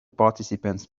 participants